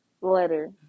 letter